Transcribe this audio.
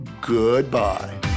goodbye